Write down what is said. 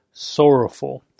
sorrowful